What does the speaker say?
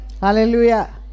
Hallelujah